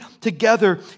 together